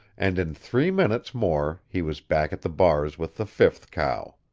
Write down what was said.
and in three minutes more he was back at the bars with the fifth cow.